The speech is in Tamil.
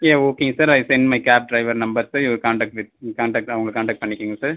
யா ஓகேங்க sir I sent my cab driver number sir you contact with contact அவங்கள காண்டெக்ட் பண்ணிக்கோங்க சார்